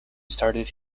started